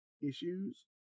issues